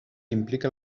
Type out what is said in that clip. implica